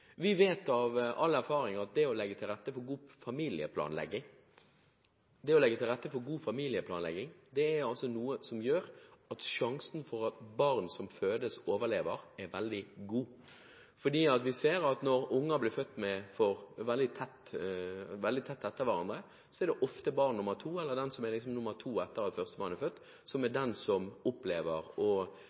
Vi vet av all erfaring at det å legge til rette for god familieplanlegging er noe som gjør at sjansen for at barn som fødes, overlever, er veldig god. Fordi vi ser at når unger blir født veldig tett etter hverandre, er det ofte det barnet som er nr. 2 etter at førstemann er født, som opplever å få ernæringsproblemer, og som risikerer å få ernæringssvikt. Det å få for lite mat og